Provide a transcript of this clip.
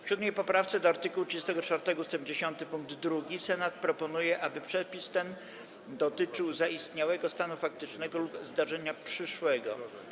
W 7. poprawce do art. 34 ust. 10 pkt 2 Senat proponuje, aby przepis ten dotyczył zaistniałego stanu faktycznego lub zdarzenia przyszłego.